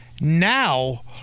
Now